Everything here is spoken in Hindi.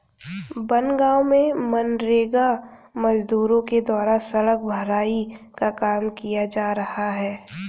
बनगाँव में मनरेगा मजदूरों के द्वारा सड़क भराई का काम किया जा रहा है